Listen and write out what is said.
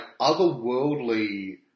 otherworldly